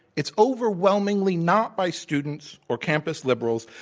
it's overwhelmingly not by students or campus liberals,